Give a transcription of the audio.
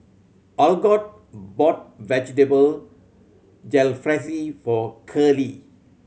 Algot bought Vegetable Jalfrezi for Curley